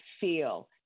feel